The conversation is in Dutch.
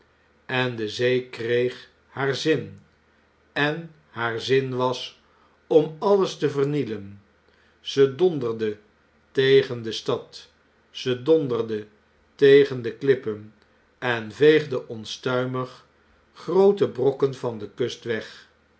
en de zee kreeg haar zin en haar zin was om alles te vernielen ze donderde tegen de stad ze donderde tegen de klippen en veegde onstuimig groote brokken van de kust weg